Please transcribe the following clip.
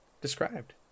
described